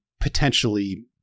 potentially